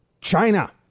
China